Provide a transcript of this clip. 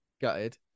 gutted